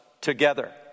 together